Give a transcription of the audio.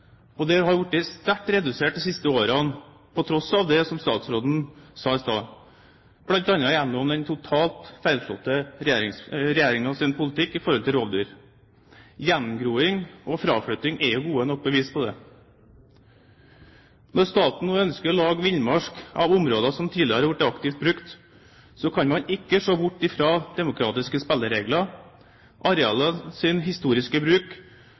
naturen. Presset har faktisk blitt betydelig redusert, og det har blitt sterkt redusert de siste årene – til tross for det statsråden sa i stad – bl.a. gjennom den totalt feilslåtte rovdyrpolitikken til regjeringen. Gjengroing og fraflytting er gode nok bevis på det. Når staten nå ønsker å lage villmark av områder som tidligere har vært aktivt brukt, kan man ikke se bort fra demokratiske spilleregler, arealenes historiske bruk,